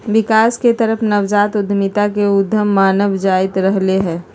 विकास के तरफ नवजात उद्यमिता के उद्यत मानल जाईंत रहले है